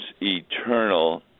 eternal